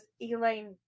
elaine